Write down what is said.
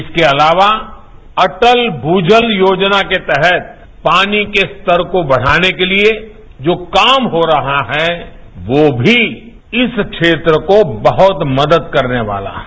इसके अलावा अटल भूजल योजना के तहत पानी के स्तर को बढ़ाने के लिए जो काम हो रहा है वो भी इस क्षेत्र को बहुत मदद करने वाला है